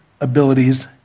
abilities